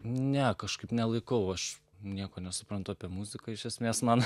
ne kažkaip nelaikau aš nieko nesuprantu apie muziką iš esmės man